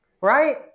Right